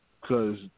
Cause